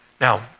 Now